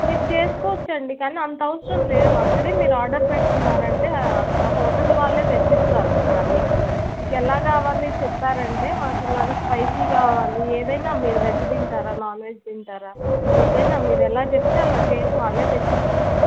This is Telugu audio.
మీరు చేసుకోవచ్చు అండి కానీ అంత అవసరం లేదు అక్కడ మీరు ఆర్డర్ పెట్టుకున్నారు అంటే ఆ హోటల్ వాళ్ళు తెచ్చిస్తారు మీకు అన్నీ మీకు ఎలా కావాలి చెప్పారు అంటే మాకు ఇలాగ స్పైసి కావాలి ఏదన్న మీరు వెజ్ తింటారా నాన్ వెజ్ తింటారా ఏదన్న మీరు ఎలా చెప్తే అలా చేసి వాళ్ళు తెచ్చిస్తారు